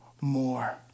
more